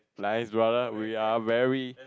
nice brother we are very